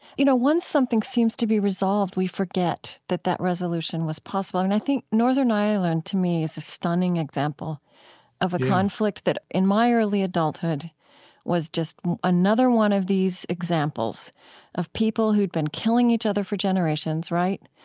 you know, once something seems to be we forget that that resolution was possible. and i think northern ireland, to me, is a stunning example of a conflict that in my early adulthood was just another one of these examples of people who'd been killing each other for generations. right?